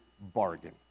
bargain